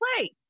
play